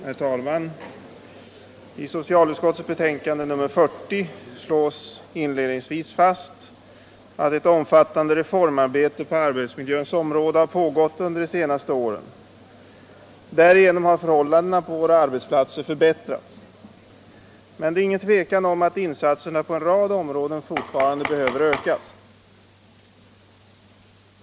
Herr talman! I socialutskottets betänkande nr 40 slås inledningsvis fast att ett omfattande reformarbete på arbetsmiljöns område har pågått under de senaste åren. Därigenom har förhållandena på våra arbetsplatser förbättrats. Men det råder inget tvivel om att insatserna på en rad områden fortfarande behöver ökas.